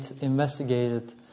investigated